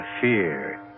fear